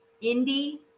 Indy